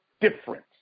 difference